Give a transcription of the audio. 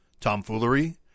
tomfoolery